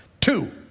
Two